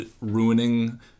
ruining